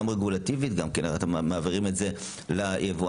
גם רגולטיבית אתם מעבירים את זה ליבואנים